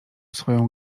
swoją